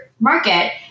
market